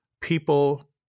people